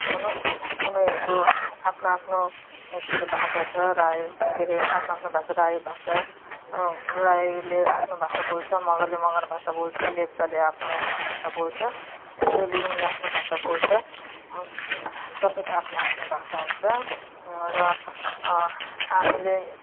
हुनु उनीहरूको आफ्नो आफ्नो के अरे भाषा छ राई के अरे आफ्नो आफ्नो भाषा राई भाषा राईले आफ्नो भाषा बोल्छ मगरले मगर भाषा बोल्छ लेप्चाले आफ्नो भाषा बोल्छ यस्तै गुरुङले आफ्नो भाषा बोल्छ सबैको आफ्नो आफ्नो भाषा हुन्छ र हामीले